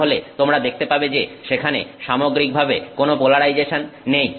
তাহলে তোমরা দেখতে পাবে যে সেখানে সামগ্রিকভাবে কোন পোলারাইজেশন নেই